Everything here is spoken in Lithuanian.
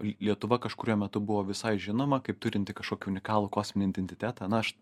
lietuva kažkuriuo metu buvo visai žinoma kaip turinti kažkokį unikalų kosminį identitetą na aš